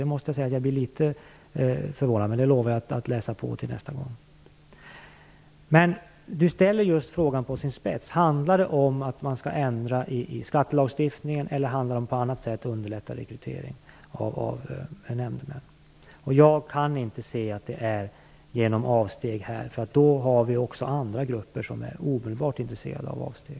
Jag måste säga att jag blir litet förvånad, men jag lovar att läsa på det till nästa gång. Inger Lundberg ställer frågan på sin spets. Handlar det om att man skall ändra i skattelagstiftningen eller handlar det om att man på annat sätt skall underlätta rekryteringen av nämndemän. Jag kan inte se att det skall ske genom avsteg eftersom vi då även har andra grupper som omedelbart blir intresserade av avsteg.